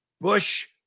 Bush